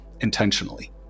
intentionally